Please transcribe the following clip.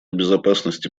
безопасности